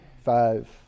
Five